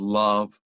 love